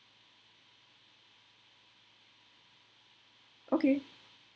okay